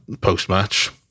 post-match